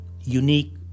unique